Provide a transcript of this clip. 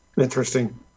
Interesting